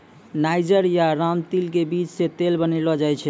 niger या रामतिल के बीज सॅ तेल बनैलो जाय छै